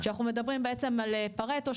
אנחנו מדברים על פארטו,